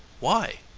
why?